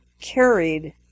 carried